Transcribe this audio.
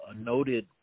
noted